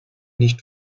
nicht